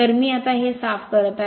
तर मी आता हे साफ करीत आहे